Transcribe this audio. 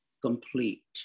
complete